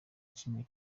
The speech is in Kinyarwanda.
kimwe